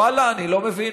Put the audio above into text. ואללה, אני לא מבין.